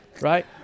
right